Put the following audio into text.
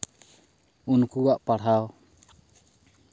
ᱩᱱᱠᱩᱣᱟᱜ ᱯᱟᱲᱦᱟᱣ